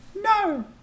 No